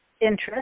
interest